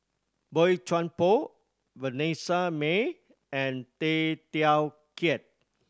Boey Chuan Poh Vanessa Mae and Tay Teow Kiat